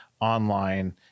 online